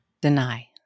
deny